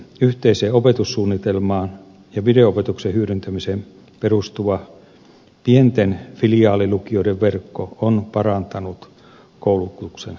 yhteiseen opetussuunnitelmaan ja video opetuksen hyödyntämiseen perustuva pienten filiaalilukioiden verkko on parantanut koulutuksen saatavuutta